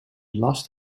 last